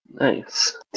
Nice